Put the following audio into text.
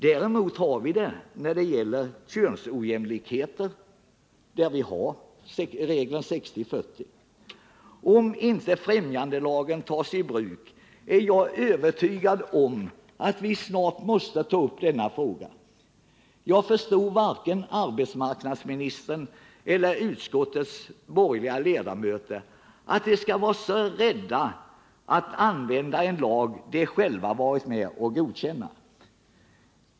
Däremot har vi kvotering när det gäller könsojämlikheter, nämligen regeln 60:40. Om främjandelagen inte tas i bruk, är jag övertygad om att vi snart måste ta upp denna fråga. Jag förstår inte att arbetsmarknadsministern och utskottets borgerliga ledamöter skall vara så rädda för att använda en lag som de själva varit med om att godkänna.